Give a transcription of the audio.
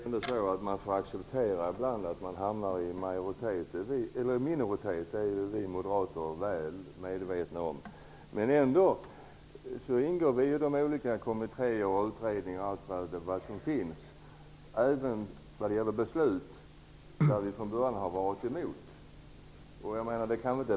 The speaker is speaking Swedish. Herr talman! Man får ibland acceptera att man hamnar i minoritet. Det är vi moderater väl medvetna om. Men vi ingår ändå i olika kommittér och utredningar, även när det gäller beslut som vi från början har varit emot.